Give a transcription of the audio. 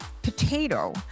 Potato